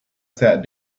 sat